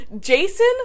jason